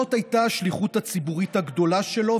וזאת הייתה השליחות הציבורית הגדולה שלו,